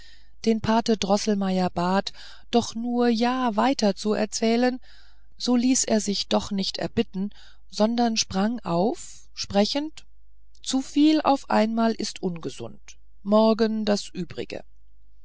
den pate droßelmeier bat doch nur ja weiter zu erzählen so ließ er sich doch nicht erbitten sondern sprang auf sprechend zuviel auf einmal ist ungesund morgen das übrige